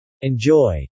Enjoy